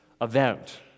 event